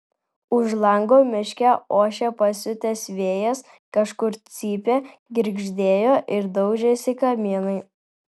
už lango miške ošė pasiutęs vėjas kažkur cypė girgždėjo ir daužėsi kamienai